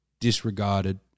disregarded